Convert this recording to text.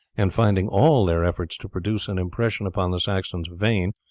and finding all their efforts to produce an impression upon the saxons vain,